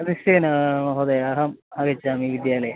निश्चयेन महोदय अहम् आगच्छामि विद्यालये